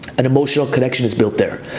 an emotional connection is built there.